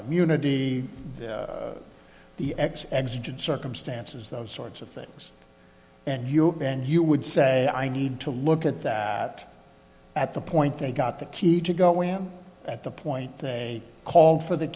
immunity the exited circumstances those sorts of things and you then you would say i need to look at that at the point they got the key to go in at the point they called for the